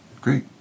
Great